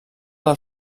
del